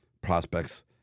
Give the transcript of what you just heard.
prospects